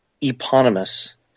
Eponymous